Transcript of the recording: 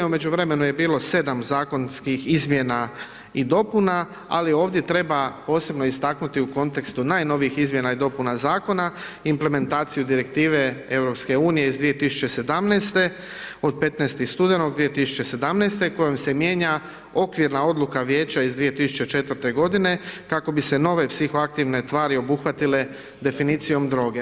U međuvremenu je bilo 7 zakonskih izmjena i dopuna, ali ovdje treba posebno istaknuti u kontekstu najnovijih izmjena i dopuna Zakona implementaciju Direktive EU iz 2017.-te od 15. studenog 2017.-te kojom se mijenja okvirna odluka Vijeća iz 2004.-te godine kako bi se nove psihoaktivne tvari obuhvatile definicijom droge.